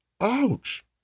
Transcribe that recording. Ouch